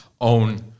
own